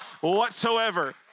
whatsoever